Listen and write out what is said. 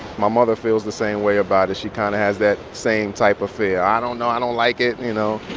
my mother feels the same way about it. she kind of has that same type of fear. i don't know. i don't like it, you know?